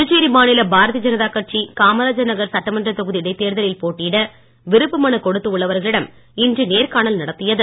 புதுச்சேரி மாநில பாரதீய ஜனதா கட்சி காமராஜர் நகர் சட்டமன்றத் தொகுதி இடைத் தேர்தலில் போட்டியிட விருப்பமனு கொடுத்து உள்ளவர்களிடம் இன்று நேர்காணல் நடத்தியது